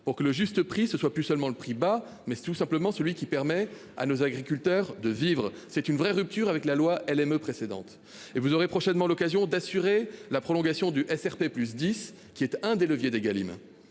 pour que le juste prix ce soit plus seulement le prix bas mais c'est tout simplement celui qui permet à nos agriculteurs de vivre. C'est une vraie rupture avec la loi LME précédente et vous aurez prochainement l'occasion d'assurer la prolongation du SRP plus 10 qui est un des leviers d'Egalim.